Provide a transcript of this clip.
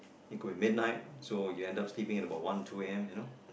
it could be midnight so you end up sleeping at about one two A_M you know